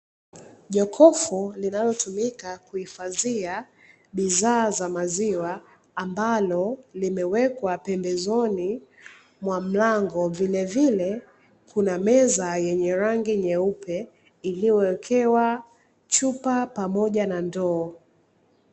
Jokofu linalotumika kuhifadhia bidhaa za maziwa ambalo limewekwa pembezoni mwa mlango, vilevile kuna meza yenye rangi nyeupe iliyowekewa chupa pamoja na ndoo.